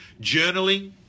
Journaling